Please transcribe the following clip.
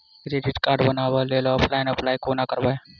Credit card बनाबै लेल online apply कोना करबै?